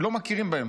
לא מכירים בהם,